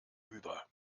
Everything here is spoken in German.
über